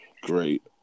great